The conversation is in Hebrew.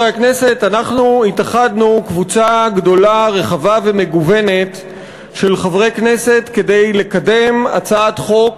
חברת הכנסת מיכל רוזין, חברת הכנסת עדי קול,